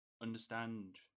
understand